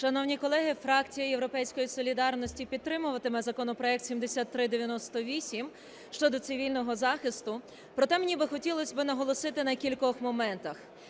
солідарності" підтримуватиме законопроект 7398 щодо цивільного захисту. Проте мені би хотілось би наголосити на кількох моментах.